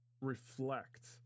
reflect